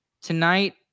tonight